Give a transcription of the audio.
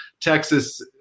Texas